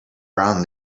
brown